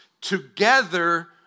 together